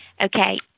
Okay